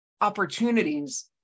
opportunities